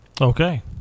Okay